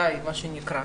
די, מה שנקרא.